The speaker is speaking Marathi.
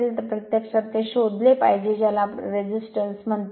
तर प्रत्यक्षात ते शोधले पाहिजे ज्याला प्रतिकार म्हणतात